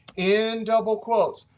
and double quotes.